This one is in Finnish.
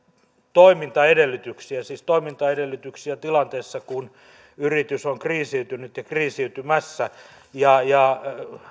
toimintaedellytyksiä siis toimintaedellytyksiä tilanteessa kun yritys on kriisiytynyt ja kriisiytymässä ja ja